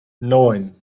neun